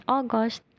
August